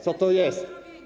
Co to jest?